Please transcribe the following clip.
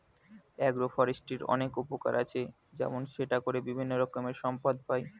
agro ফরেস্ট্রির অনেক উপকার আছে, যেমন সেটা করে বিভিন্ন রকমের সম্পদ পাই